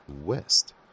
West